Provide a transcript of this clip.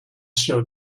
showed